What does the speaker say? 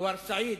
אדוארד סעיד,